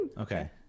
Okay